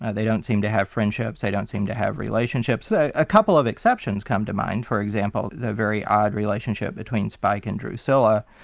and they don't seem to have friendships, they don't seem to have relationships. a ah couple of exceptions come to mind for example, the very odd relationship between spike and drusilla,